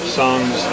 songs